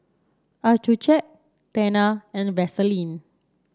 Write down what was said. Accucheck Tena and Vaselin